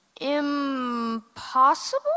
Impossible